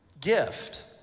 gift